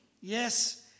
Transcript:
yes